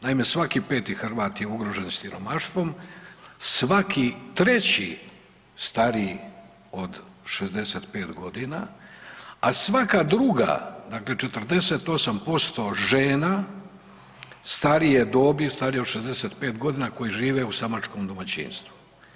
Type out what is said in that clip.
Naime svaki 5 Hrvat je ugrožen siromaštvom, svaki 3 stariji od 65 godina, a svaka 2 dakle, 48% žena starije dobi, starije od 65 godina koje žive u samačkom domaćinstvu.